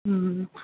ꯎꯝ